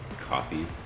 coffee